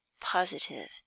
positive